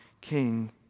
king